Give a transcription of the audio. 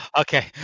Okay